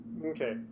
Okay